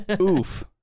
Oof